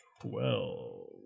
Twelve